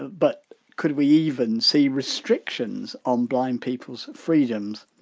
but could we even see restrictions on blind people's freedoms?